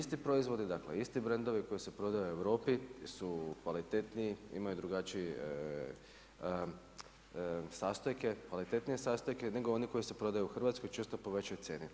Isti proizvodi, dakle isti brendovi koji se prodaju u Europi su kvalitetniji, imaju drugačije sastojke, kvalitetnije sastojke nego oni koji se prodaju u Hrvatskoj često po većoj cijeni.